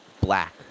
black